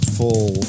full